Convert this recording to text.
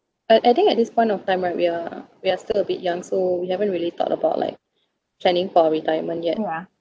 uh I think at this point of time right we are we are still a bit young so we haven't really thought about like planning for retirement yet